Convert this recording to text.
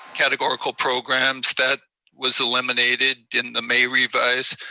categorical programs. that was eliminated in the may revise,